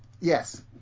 yes